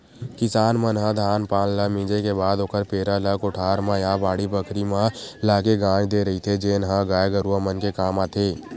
किसान मन ह धान पान ल मिंजे के बाद ओखर पेरा ल कोठार म या बाड़ी बखरी म लाके गांज देय रहिथे जेन ह गाय गरूवा मन के काम आथे